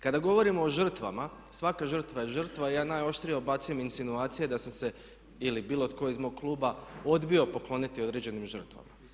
Kada govorimo o žrtvama, svaka žrtva je žrtva i ja najoštrije odbacujem insinuacije da sam se ili bilo tko iz mog kluba odbio pokloniti određenim žrtvama.